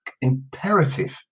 imperative